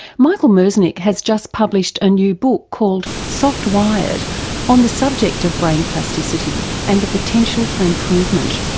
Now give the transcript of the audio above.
michael merzenich has just published a new book called soft-wired on the subject of brain plasticity and the potential for improvement.